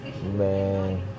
Man